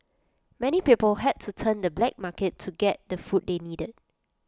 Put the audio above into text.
many people had to turn to the black market to get the food they needed